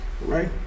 Right